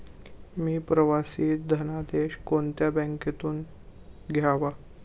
मी प्रवासी धनादेश कोणत्या बँकेतून घ्यावा?